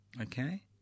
Okay